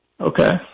Okay